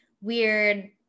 weird